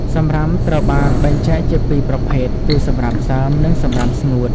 សំរាមត្រូវបានបែងចែកជាពីរប្រភេទគឺសំរាមសើម និងសំរាមស្ងួត។